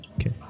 Okay